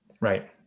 Right